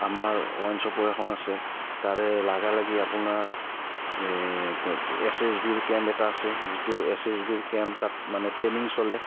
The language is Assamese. আমাৰ ৱাইন চপো এখন আছে তাৰে লাগা লাগি আপোনাৰ এই এছ এছ বিৰ কেম্প এটা আছে যিটো এছ এছ বিৰ কেম্প তাত মানে ট্ৰেইনিং চলে